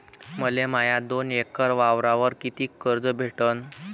मले माया दोन एकर वावरावर कितीक कर्ज भेटन?